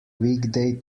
weekday